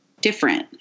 different